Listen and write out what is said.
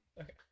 Okay